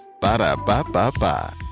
Ba-da-ba-ba-ba